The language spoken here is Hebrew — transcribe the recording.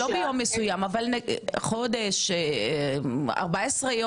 14 יום שעומדים לנכות מהם את כספי הפיקדון?